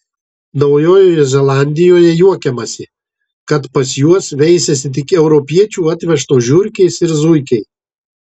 naujojoje zelandijoje juokiamasi kad pas juos veisiasi tik europiečių atvežtos žiurkės ir zuikiai